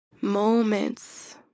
moments